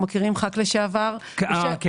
חכ"לית,